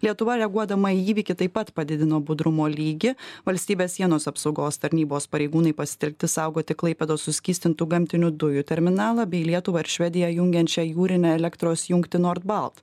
lietuva reaguodama į įvykį taip pat padidino budrumo lygį valstybės sienos apsaugos tarnybos pareigūnai pasitelkti saugoti klaipėdos suskystintų gamtinių dujų terminalą bei lietuvą ir švediją jungiančią jūrinę elektros jungtį nord balt